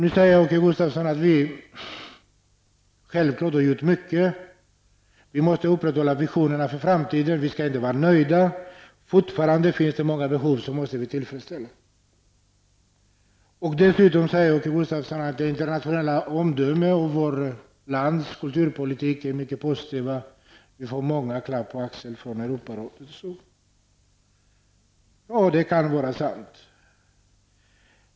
Åke Gustavsson säger att man självklart har gjort mycket, att man måste upprätthålla visionerna för framtiden, att man inte skall vara nöjd och att det fortfarande finns många behov som måste tillfredsställas. Dessutom säger Åke Gustavsson att de internationella omdömena om vårt lands kulturpolitik är mycket positiva och att vi får många klappar på axeln från Europarådet, osv. Det kan vara sant.